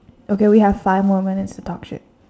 okay we have five more minutes to talk shit